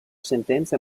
sentenza